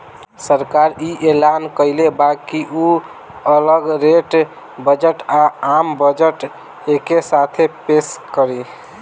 सरकार इ ऐलान कइले बा की उ अगला रेल बजट आ, आम बजट एके साथे पेस करी